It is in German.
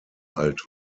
alt